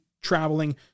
traveling